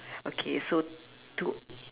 okay so two